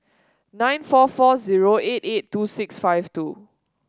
nine four four zero eight eight two six five two